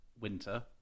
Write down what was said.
winter